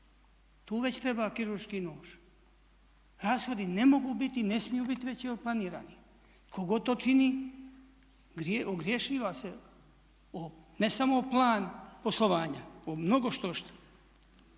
tu već treba kirurški nož. Rashodi ne mogu biti, ne smiju biti veći od planiranih. Tko god to čini ogrješiva se ne samo o plan poslovanja, o mnogo štošta.